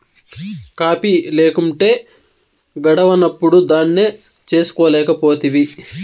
coffee లేకుంటే గడవనప్పుడు దాన్నే చేసుకోలేకపోతివి